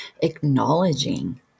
acknowledging